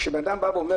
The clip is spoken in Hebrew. כשבן-אדם בא ואומר